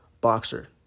boxer